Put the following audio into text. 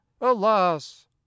alas